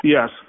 Yes